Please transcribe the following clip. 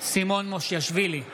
סימון מושיאשוילי,